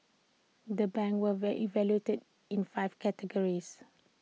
the banks were evaluated in five categories